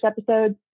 episode